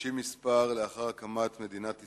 חודשים מספר לאחר הקמת מדינת ישראל,